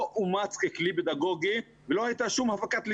לא אומץ ככלי פדגוגי ולא הייתה כל הפקת לקחים.